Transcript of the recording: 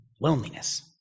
loneliness